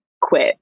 Quit